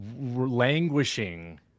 languishing